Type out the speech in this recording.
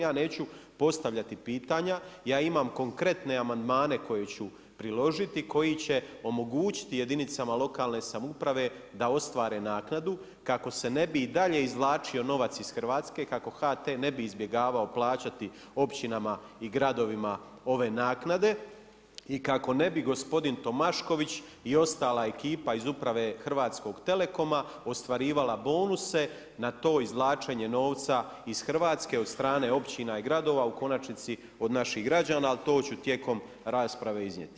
Ja neću postavljati pitanja, ja imam konkretne amandmane koje ću priložiti, koji će omogućiti jedinicama lokalne samouprave da ostvare naknadu kako se ne bi i dalje izvlačio novac iz Hrvatske, kako HT ne bi izbjegavao plaćati općinama i gradovima ove naknade i kako ne bi gospodin Tomašković i ostala ekipa iz uprave Hrvatskoga telekoma ostvarivala bonuse na to izvlačenje novca iz Hrvatske od strane općina i gradova, u konačnici od naših građana, ali to ću tijekom rasprave iznijeti.